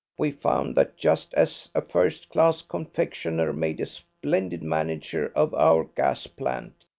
we found that just as a first class confectioner made a splendid manager of our gas plant,